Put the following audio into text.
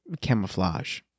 Camouflage